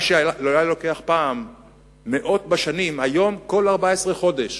מה שהיה לוקח פעם מאות בשנים, היום כל 14 חודש.